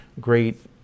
great